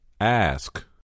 Ask